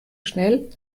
schnell